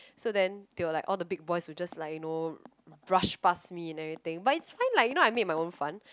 so then they were like all the big boys were just like you know rush pass me and everything but it's fine like you know I made my own fun